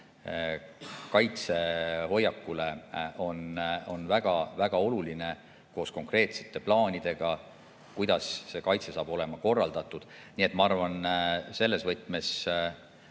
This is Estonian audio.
kaitsehoiakule, on väga-väga oluline koos konkreetsete plaanidega, kuidas see kaitse on korraldatud. Nii et ma arvan, et selles võtmes